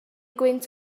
gwynt